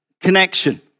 connection